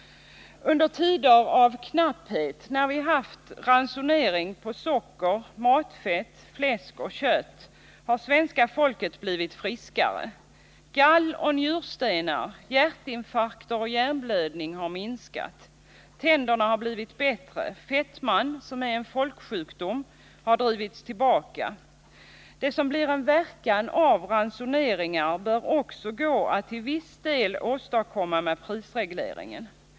Under tider av knapphet, när vi haft ransonering på socker, matfett, fläsk och kött har svenska folket blivit friskare. Antalet galloch njurstenar, hjärtinfarkter och hjärnblödningar har minskat. Tänderna har blivit bättre. Fetman, som är en folksjukdom, har drivits tillbaka. Det som blir en verkan av ransoneringar bör också gå att till viss del åstadkomma med prisregleringen.